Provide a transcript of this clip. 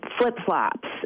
flip-flops